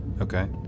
Okay